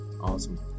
Awesome